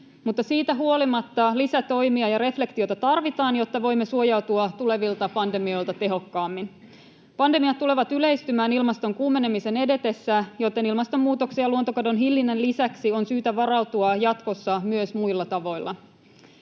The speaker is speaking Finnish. mutta siitä huolimatta lisätoimia ja reflektiota tarvitaan, jotta voimme suojautua tulevilta pandemioilta tehokkaammin. Pandemiat tulevat yleistymään ilmaston kuumenemisen edetessä, joten ilmastonmuutoksen ja luontokadon hillinnän lisäksi on syytä varautua jatkossa myös muilla tavoilla.